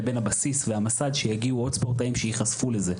לבין הבסיס והמסד שיגיעו עוד ספורטאים שייחשפו לזה.